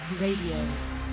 Radio